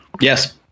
yes